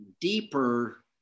deeper